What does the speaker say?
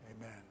amen